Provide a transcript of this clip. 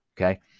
okay